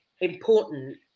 important